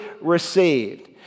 received